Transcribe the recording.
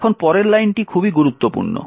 এখন পরের লাইনটি খুবই গুরুত্বপূর্ণ